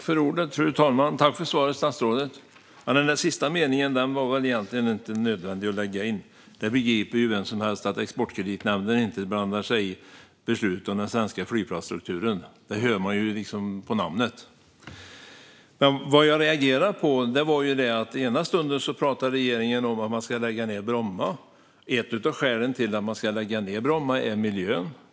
Fru talman! Tack för svaret, statsrådet! Men den sista meningen var väl egentligen inte nödvändig. Vem som helst begriper att Exportkreditnämnden inte blandar sig i beslut om den svenska flygplatsstrukturen. Det hör man ju på namnet. Vad jag reagerar på är att regeringen pratar om att man ska lägga ned Bromma och att ett av skälen är miljön.